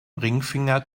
ringfinger